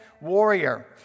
Warrior